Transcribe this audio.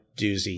doozy